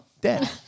dead